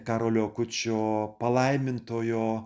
karolio kad šio palaimintojo